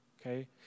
okay